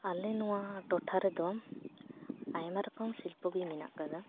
ᱟᱞᱮ ᱱᱚᱣᱟ ᱴᱚᱴᱷᱟ ᱨᱮᱫᱚ ᱟᱭᱢᱟ ᱨᱚᱠᱚᱢ ᱥᱤᱞᱯᱚᱜᱮ ᱢᱮᱱᱟᱜ ᱟᱠᱟᱫᱟ